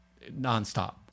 nonstop